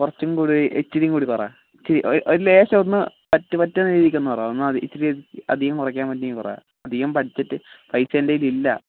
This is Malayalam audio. കുറച്ചും കൂടി ഇച്ചിരിയും കൂടി കുറ ഒരു ലേശം ഒന്ന് പറ്റുന്ന രീതിക്ക് കുറച്ചു ഒന്ന് ഇച്ചിരി അധികം കുറക്കാൻ പറ്റുമെങ്കിൽ പറ അധികം ബജറ്റ് പൈസ എൻ്റെ കൈയിൽ ഇല്ല